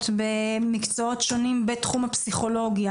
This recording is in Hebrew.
במקצועות שונים בתחום הפסיכולוגיה,